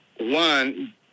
One